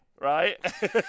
right